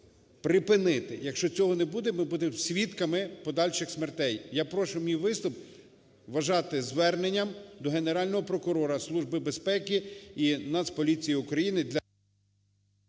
припинити. Якщо цього не буде, ми будемо свідками подальших смертей. Я прошу мій виступ вважати зверненням до Генерального прокурора, Служби безпеки іНацполіції України